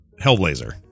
Hellblazer